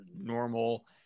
normal